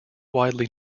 widely